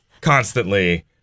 constantly